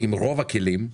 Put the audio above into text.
עם רוב הכלים.